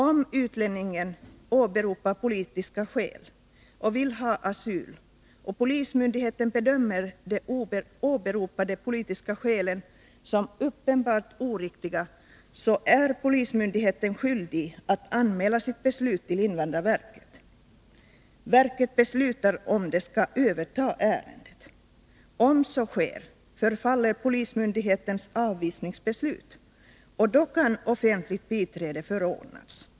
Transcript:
Om utlänningen åberopar politiska skäl och vill ha asyl och polismyndigheten bedömer de åberopade politiska skälen som uppenbart oriktiga, är polismyndigheten skyldig att anmäla sitt beslut till invandrarverket. Verket beslutar om det skall överta ärendet. Om så sker förfaller polismyndighetens avvisningsbeslut, och då kan offentligt biträde förordnas.